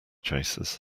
chasers